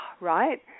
right